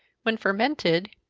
when fermented,